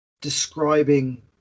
describing